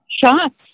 shots